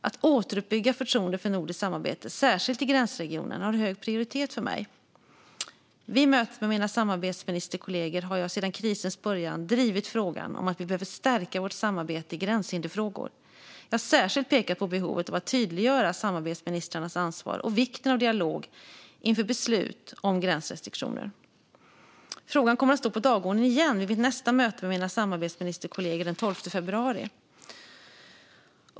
Att återuppbygga förtroende för nordiskt samarbete, särskilt i gränsregionerna, har hög prioritet för mig. Vid möten med mina samarbetsministerkollegor har jag, sedan krisens början, drivit frågan om att vi behöver stärka vårt samarbete i gränshinderfrågor. Jag har särskilt pekat på behovet av att tydliggöra samarbetsministrarnas ansvar och vikten av dialog inför beslut om gränsrestriktioner. Frågan kommer att stå på dagordningen igen vid mitt nästa möte med mina samarbetsministerkollegor den 12 februari.